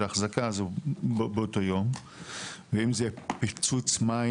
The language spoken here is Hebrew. האחזקה אז באותו יום ואם זה פיצוץ מים,